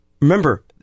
remember